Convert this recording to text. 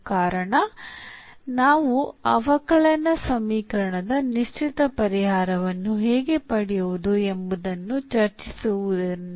ಕಾರಣ ನಾವು ಅವಕಲನ ಸಮೀಕರಣದ ನಿಶ್ಚಿತ ಪರಿಹಾರವನ್ನು ಹೇಗೆ ಪಡೆಯುವುದು ಎಂಬುದನ್ನು ಚರ್ಚಿಸುತ್ತಿರುವುದರಿಂದ